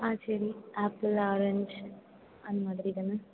ஆ சரி apple orange அந்த மாதிரி தானே